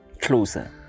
closer